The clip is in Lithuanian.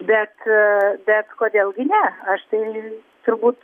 bet bet kodėl gi ne aš tai turbūt